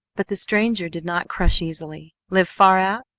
but the stranger did not crush easily live far out?